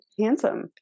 handsome